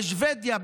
בשבדיה,